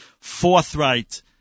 forthright